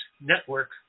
Network